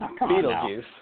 Beetlejuice